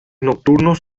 nocturnos